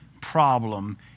problem